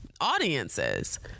audiences